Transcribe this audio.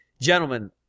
gentlemen